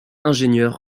ingénieur